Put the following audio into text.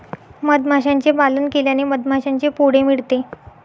मधमाशांचे पालन केल्याने मधमाशांचे पोळे मिळते